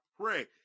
pray